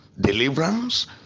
Deliverance